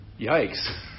Yikes